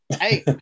Hey